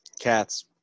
cats